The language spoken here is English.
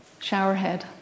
Showerhead